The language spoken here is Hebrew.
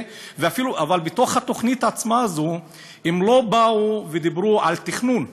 אבל בתוך התוכנית הזו עצמה הם לא באו ודיברו על תכנון.